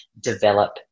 develop